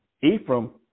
Ephraim